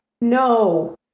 No